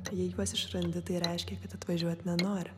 tai jei juos išrandi tai reiškia kad atvažiuot nenori